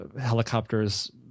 helicopters